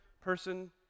person